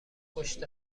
پشت